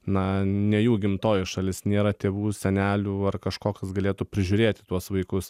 na ne jų gimtoji šalis nėra tėvų senelių ar kažko kas galėtų prižiūrėti tuos vaikus